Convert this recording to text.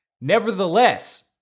Nevertheless